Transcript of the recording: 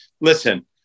listen